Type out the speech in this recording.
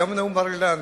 גם נאום בר-אילן,